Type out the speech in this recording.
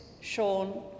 Sean